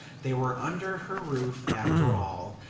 they were under her roof after all,